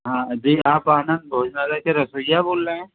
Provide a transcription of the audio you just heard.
हाँ जी आप आनंद भोजनालय के रसोइया बोल रहे हैं